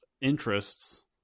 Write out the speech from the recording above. interests